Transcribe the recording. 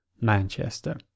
Manchester